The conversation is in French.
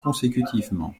consécutivement